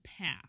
path